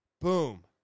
Boom